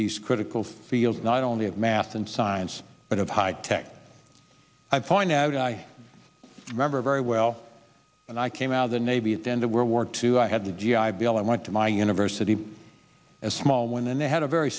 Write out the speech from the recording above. these critical fields not only of math and science but of high tech i point out i remember very well when i came out of the navy at the end of world war two i had the g i bill i went to my university as a small one and they had a very